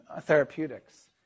therapeutics